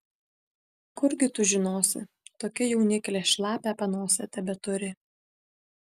kurgi tu žinosi tokia jauniklė šlapią panosę tebeturi